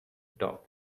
top